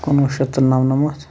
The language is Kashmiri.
کُنوُہ شتھ تہٕ نمہٕ نمتھ